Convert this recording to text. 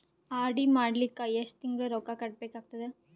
RD ಮಾಡಲಿಕ್ಕ ಎಷ್ಟು ತಿಂಗಳ ರೊಕ್ಕ ಕಟ್ಟಬೇಕಾಗತದ?